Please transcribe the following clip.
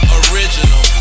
original